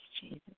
Jesus